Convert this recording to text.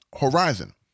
horizon